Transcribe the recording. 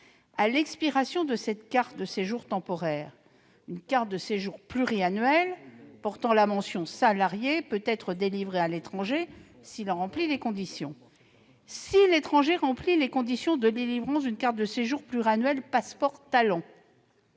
À l'expiration de cette carte de séjour temporaire, une carte de séjour pluriannuelle portant la mention « salarié » peut être délivrée à l'étranger s'il remplit les conditions requises. Cependant, s'il satisfait aux conditions de délivrance d'une carte de séjour pluriannuelle portant